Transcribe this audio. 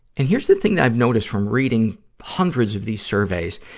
and here's the thing that i've noticed from reading hundreds of these surveys,